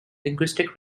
linguistic